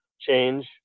change